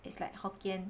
it's like Hokkien